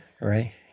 Right